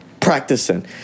practicing